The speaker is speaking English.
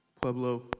Pueblo